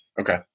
Okay